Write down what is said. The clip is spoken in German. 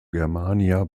germania